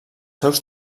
seus